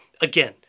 again